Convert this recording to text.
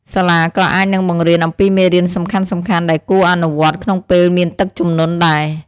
សាលាក៏អាចនឹងបង្រៀនអំពីមេរៀនសំខាន់ៗដែលគួរអនុវត្តក្នុងពេលមានទឹកជំនន់ដែរ។